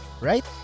right